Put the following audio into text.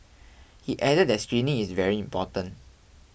he added that screening is very important